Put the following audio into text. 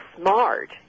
smart